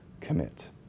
commit